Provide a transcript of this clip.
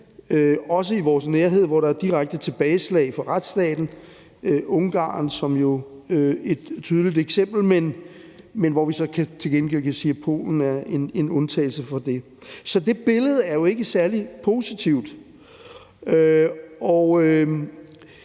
også i vores nærhed, hvor der er direkte tilbageslag for retsstaten. Ungarn er jo et tydeligt eksempel. Men vi kan så til gengæld sige, at Polen er en undtagelse for det. Så det billede er jo ikke særlig positivt,